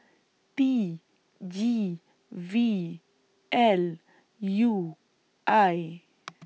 T G V L U I